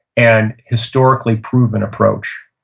and historically proven approach.